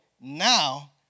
now